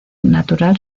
natural